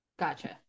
gotcha